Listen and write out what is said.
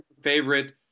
favorite